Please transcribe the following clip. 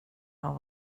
har